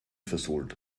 versohlt